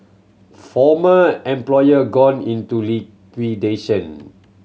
former employer gone into liquidation